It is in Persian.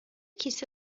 کیسه